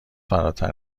فراتر